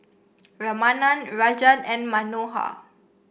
Ramanand Rajan and Manohar